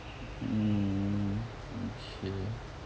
mm okay